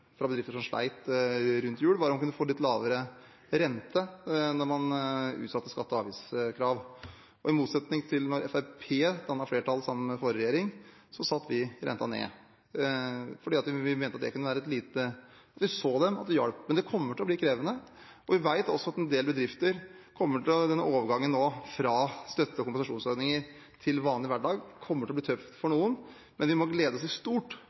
fra bedrifter som slet rundt jul, var om de kunne få litt lavere rente når man utsatte skatte- og avgiftskrav. I motsetning til da Fremskrittspartiet dannet flertall med forrige regjering, satte vi renten ned – vi så dem, og vi hjalp. Det kommer til å bli krevende. Vi vet også at i den overgangen fra støtte- og kompensasjonsordninger til vanlig hverdag, kommer det til å bli tøft for noen bedrifter, men vi må glede oss i stort